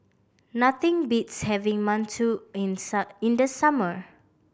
nothing beats having mantou in in the summer